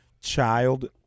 child